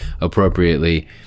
appropriately